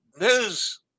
news